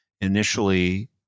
initially